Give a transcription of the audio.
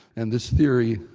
and this theory,